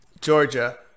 Georgia